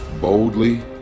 Boldly